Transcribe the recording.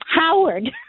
Howard